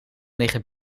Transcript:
liggen